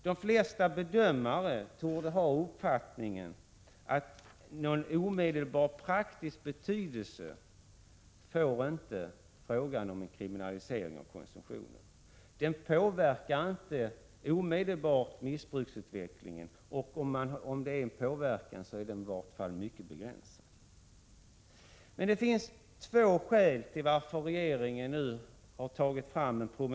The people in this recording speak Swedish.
De flesta bedömare torde ha uppfattningen att en eventuell kriminalisering av konsumtionen inte får någon omedelbar praktisk betydelse. Den påverkar inte direkt missbruksutvecklingen — och om det sker en påverkan är den mycket begränsad. Men det finns två skäl till att regeringen i denna fråga nu har tagit fram en = Prot.